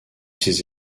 ces